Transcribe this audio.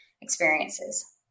experiences